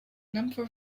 number